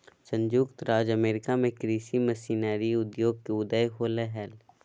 संयुक्त राज्य अमेरिका में कृषि मशीनरी उद्योग के उदय होलय हल